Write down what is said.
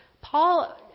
Paul